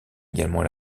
également